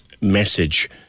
message